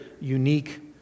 unique